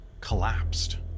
Collapsed